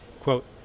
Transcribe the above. Quote